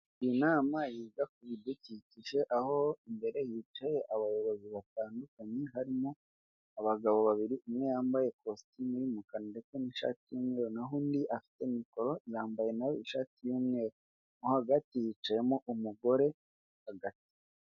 Iyi nama yiga ku bidukikije aho imbere yicaye abayobozi batandukanye harimo abagabo babiri umwe yambaye ikositimu y'umukara ndetse n'ishati y'mweru, naho undi afite mikoro yambaye nawe ishati y'umweru, mo hagati yicayemo umugore hagati.